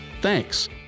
Thanks